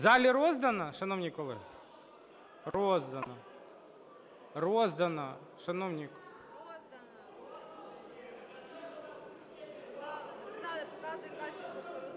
В залі роздана, шановні колеги? Роздана. Роздана, шановні…